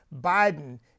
Biden